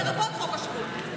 לרבות חוק השבות.